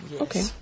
okay